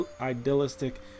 idealistic